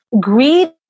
greed